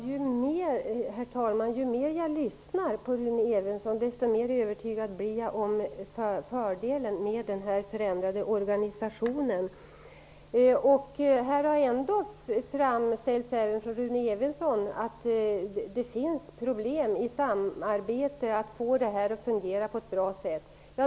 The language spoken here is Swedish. Herr talman! Ju mer jag lyssnar på Rune Evensson, desto mer övertygad blir jag om fördelen med den förändrade organisationen. Rune Evensson har framställt att det finns samarbetsproblem och problem med att få organisationen att fungera på ett bra sätt.